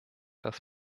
das